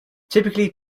typically